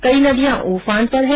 कई नदियां उफान पर है